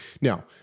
now